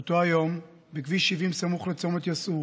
באותו יום, בכביש 70, סמוך לצומת יסעור,